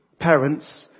Parents